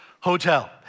Hotel